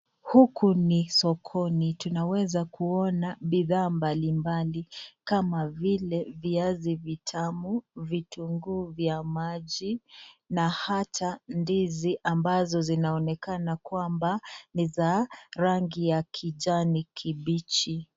Huku ni sokoni. Tunaweza kuona bidhaa mbalimbali kama vile viazi vitamu, vitunguu vya maji, na hata ndizi ambazo zinaonekana kwamba ni za rangi ya kijani kibichi.